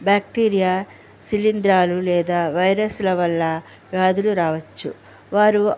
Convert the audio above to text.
bacteria శిలీంధ్రాలు లేదా వైరస్ల వల్ల వ్యాధులు రావచ్చు వారు